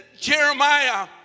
Jeremiah